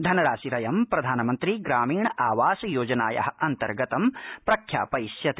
धनराशिरयं प्रधानमंत्री ग्रामीण आवास योजनाया अंतर्गतं प्रख्यापयिष्यते